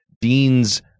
dean's